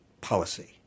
policy